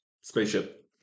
spaceship